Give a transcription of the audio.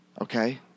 okay